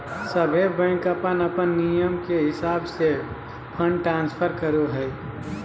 सभे बैंक अपन अपन नियम के हिसाब से फंड ट्रांस्फर करो हय